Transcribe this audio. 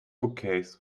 bookcase